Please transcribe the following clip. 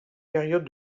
période